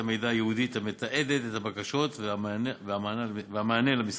המידע הייעודית המתעדת את הבקשות והמענה למשרדים.